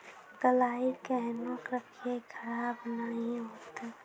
कलाई केहनो रखिए की खराब नहीं हुआ?